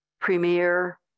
premier